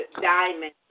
Diamond